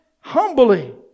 humbly